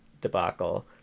debacle